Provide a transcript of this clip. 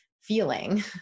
feeling